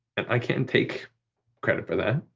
and i can't take credit for that.